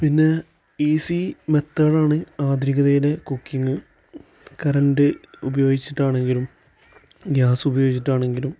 പിന്നെ easy method ആണ് ആധുനികതയിലെ കുക്കിംഗ് കറൻറ് ഉപയോഗിച്ചിട്ടാണെങ്കിലും ഗ്യാസ് ഉപയോഗിച്ചിട്ടാണെങ്കിലും